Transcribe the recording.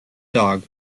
dog